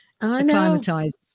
acclimatized